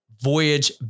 voyage